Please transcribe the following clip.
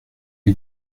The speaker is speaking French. les